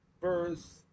verse